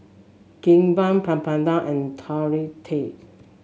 Kimbap Papadum and